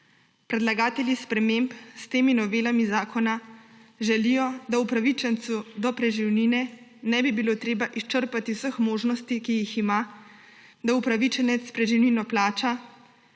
Predlagatelji sprememb s temi novelami zakonov želijo, da upravičencu do preživnine ne bi bilo treba izčrpati vseh možnosti, ki jih ima, da upravičenec preživnino plača,